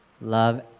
Love